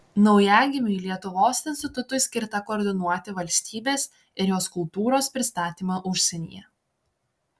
naujagimiui lietuvos institutui skirta koordinuoti valstybės ir jos kultūros pristatymą užsienyje